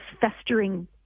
festering